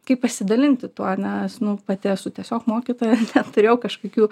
kaip pasidalinti tuo na nes pati esu tiesiog mokytoja turėjau kažkokių